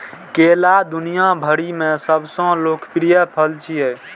केला दुनिया भरि मे सबसं लोकप्रिय फल छियै